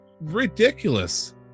ridiculous